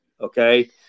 Okay